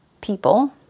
people